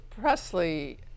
Presley